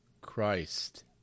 Christ